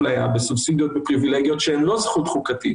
למשל, חוק הסמכויות הגדול, חוק הקורונה